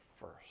first